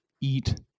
eat